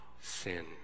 sin